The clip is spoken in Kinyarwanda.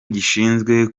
gishinzwe